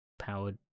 powered